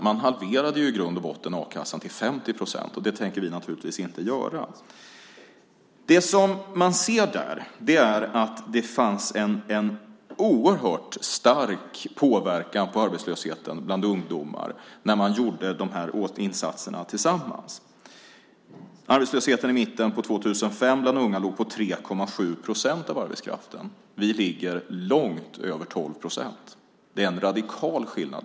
I grund och botten halverades a-kassan till 50 procent. Det tänker vi naturligtvis inte göra. Det man ser där är att det var en oerhört stark påverkan på arbetslösheten bland ungdomar när man gjorde de olika insatserna tillsammans. Arbetslösheten bland unga låg i mitten av år 2005 på 3,7 procent av arbetskraften. Vi ligger på långt över 12 procent. Det är en radikal skillnad!